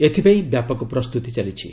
ଏଥିପାଇଁ ବ୍ୟାପକ ପ୍ରସ୍ତୁତି ଚାଲିଛି